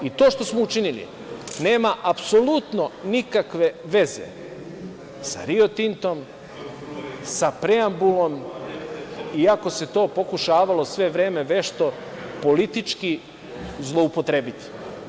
I to što smo učinili nema apsolutno nikakve veze sa „Rio Tintom“, sa preambulom, iako se to pokušavalo sve vreme vešto politički zloupotrebiti.